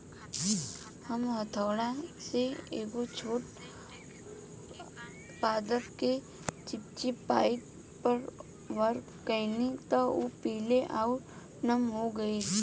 हम हथौड़ा से एगो छोट पादप के चिपचिपी पॉइंट पर वार कैनी त उ पीले आउर नम हो गईल